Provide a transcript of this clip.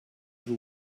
who